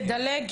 תדלג,